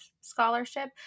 scholarship